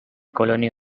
colony